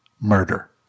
murder